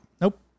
Nope